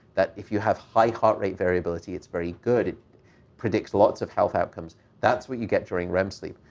that if you have high current rate variability, it's very good. it predicts lots of health outcomes. that's what you get during rem sleep.